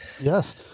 Yes